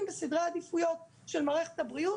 בסדרי העדיפויות של מערכת הבריאות,